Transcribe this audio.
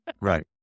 Right